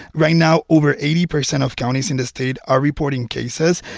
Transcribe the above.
right now over eighty percent of counties in the state are reporting cases,